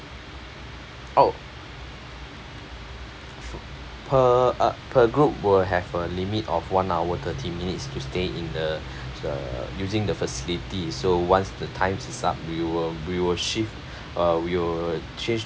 oh for per uh per group will have a limit of one hour thirty minutes to stay in the the using the facility so once the time is up we will we will shift uh we will change